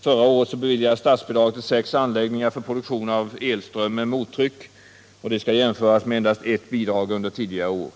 Förra året beslutades också statsbidrag till sex anläggningar för produktion av elström med mottryck, och det skall jämföras med endast ett bidrag under tidigare år.